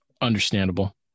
Understandable